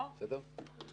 דברים כדורבנות.